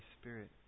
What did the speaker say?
Spirit